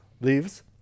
leaves